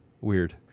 Weird